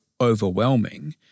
overwhelming